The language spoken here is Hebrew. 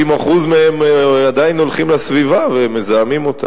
90% מהם עדיין הולכים לסביבה ומזהמים אותה.